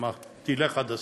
הוא אמר: תלך עד הסוף,